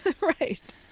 right